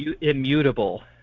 immutable